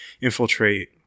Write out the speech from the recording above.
infiltrate